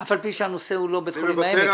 אף על פי שהנושא הוא לא בית חולים העמק.